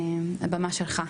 הבמה שלך.